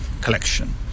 collection